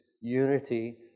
unity